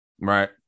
right